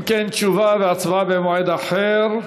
אם כן, תשובה והצבעה במועד אחר.